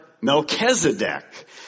Melchizedek